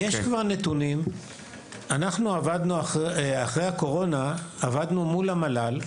אנחנו אחרי הקורונה עבדנו מול המל״ל,